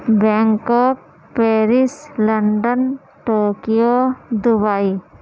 Bangkok Paris London Tokyo Dubai